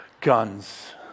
Guns